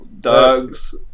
dogs